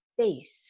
space